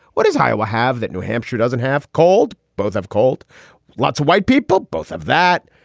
what is hiwa have that new hampshire doesn't have called. both have called lots of white people. both of that,